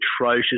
atrocious